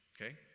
okay